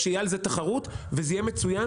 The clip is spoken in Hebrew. תהיה על זה תחרות וזה יהיה מצוין.